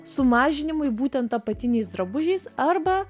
sumažinimui būtent apatiniais drabužiais arba